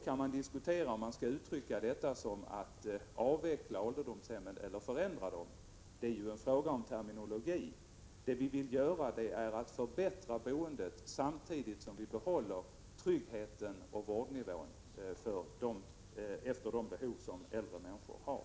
Man kan diskutera om detta skall kallas för att avveckla ålderdomshemmen eller att förändra dem. Det är en fråga om terminologi. Vad vi vill göra är att förbättra boendet samtidigt som vi behåller tryggheten och anpassar vårdnivån efter de behov som äldre människor har.